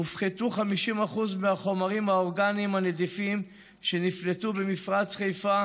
הופחתו 50% מהחומרים האורגניים הנדיפים שנפלטו במפרץ חיפה